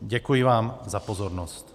Děkuji vám za pozornost.